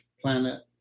planet